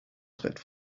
schritt